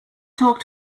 talk